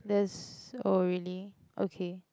there's oh really okay